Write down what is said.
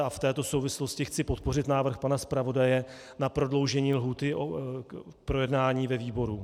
V této souvislosti chci podpořit návrh pana zpravodaje na prodloužení lhůty k projednání ve výboru.